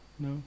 No